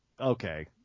Okay